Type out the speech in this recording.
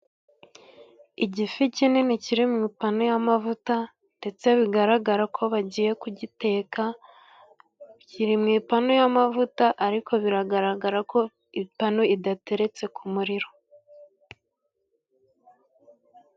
Igifi kinini kiri mu ipanu y'amavuta， ndetse bigaragara ko bagiye kugiteka，kiri mu ipanu y'amavuta， ariko biragaragara ko， ipanu idateretse ku muriro.